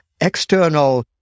external